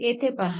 येथे पहा